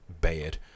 bad